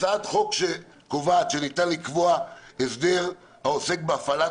הצעת חוק שקובעת שניתן לקבוע הסדר העוסק בהפעלת